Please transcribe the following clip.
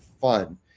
fun